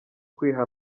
kwiha